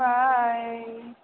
bye